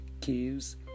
caves